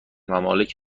ممالک